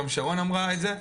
גם שרון אמרה את זה,